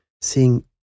seeing